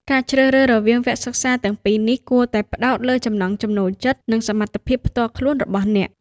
ការជ្រើសរើសរវាងវគ្គសិក្សាទាំងពីរនេះ គួរតែផ្អែកលើចំណង់ចំណូលចិត្ត និងសមត្ថភាពផ្ទាល់ខ្លួនរបស់អ្នក